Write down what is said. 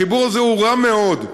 החיבור הזה הוא רע מאוד,